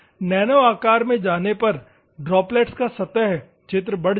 nano आकार में जाने पर ड्रॉपलेट का सतह क्षेत्र बढ़ जाएगा